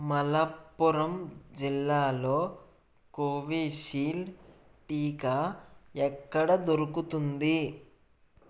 మళప్పురం జిల్లాలో కోవిషీల్డ్ టీకా ఎక్కడ దొరుకుతుంది